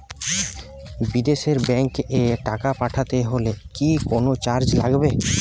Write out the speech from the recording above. বিদেশের ব্যাংক এ টাকা পাঠাতে হলে কি কোনো চার্জ লাগবে?